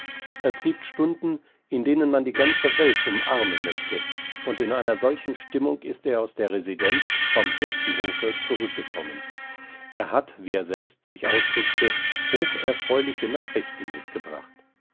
es gibt stunden in denen man die ganze welt umarmen möchte und in einer solchen stimmung ist er aus der residenz vom fürstenhofe zurückgekommen er hat wie er selbst sich ausdrückte hocherfreuliche nachrichten mitgebracht